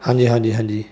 ਹਾਂਜੀ ਹਾਂਜੀ ਹਾਂਜੀ